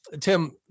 Tim